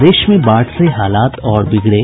प्रदेश में बाढ़ से हालात और बिगड़े